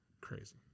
crazy